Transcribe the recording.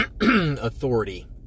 authority